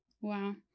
Wow